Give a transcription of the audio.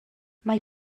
mae